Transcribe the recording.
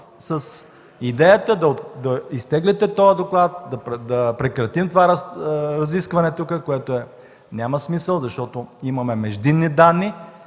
с идеята да изтеглите този доклад, да прекратим това разискване тук, от което няма смисъл, защото имаме междинни данни,